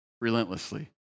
relentlessly